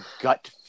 gut